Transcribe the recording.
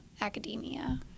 academia